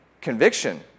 conviction